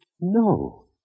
No